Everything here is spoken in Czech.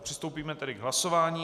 Přistoupíme tedy k hlasování.